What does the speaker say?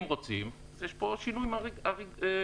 אם רוצים, יש פה שינוי מערך חקיקתי.